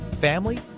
family